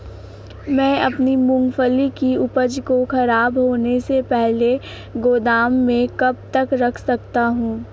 मैं अपनी मूँगफली की उपज को ख़राब होने से पहले गोदाम में कब तक रख सकता हूँ?